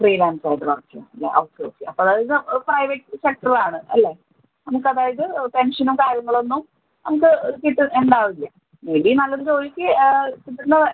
freelance ആയിട്ട് work ചെയ്യുകയാണ് അല്ലെ ഓക്കേ ഓക്കേ അപ്പം അതായത് പ്രൈവറ്റ് സെക്റ്റർ ആണ് അല്ലെ നമുക്ക് അതായത് പെൻഷനും കാര്യങ്ങളൊന്നും നമുക്ക് കിട്ടുമെന്ന് ഉണ്ടാവില്ല മേയ് ബി നല്ലൊരു ജോലിക്ക് കിട്ടുന്ന